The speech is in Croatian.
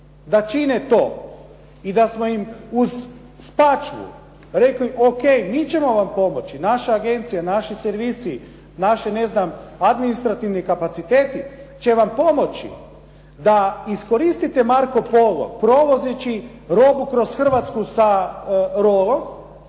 da čine to i da smo im uz Spačvu rekli, ok, mi ćemo vam pomoći, naša agencija, naši servisi, naši, ne znam administrativni kapaciteti će vam pomoći da iskoristite "Marco Polo" provozeći robu kroz Hrvatsku sa rolom,